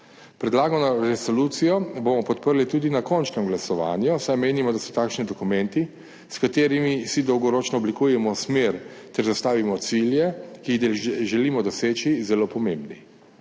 Predlagano resolucijo bomo podprli tudi na končnem glasovanju, saj menimo, da so takšni dokumenti, s katerimi si dolgoročno oblikujemo smer ter zastavimo cilje, ki jih želimo doseči, zelo pomembni.